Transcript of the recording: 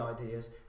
ideas